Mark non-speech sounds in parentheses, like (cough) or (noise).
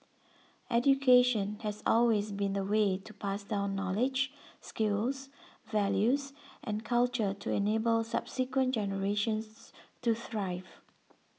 education has always been the way to pass down knowledge skills values and culture to enable subsequent generations (noise) to thrive